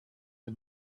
the